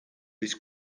his